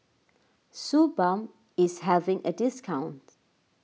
Suu Balm is having a discount